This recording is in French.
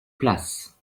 places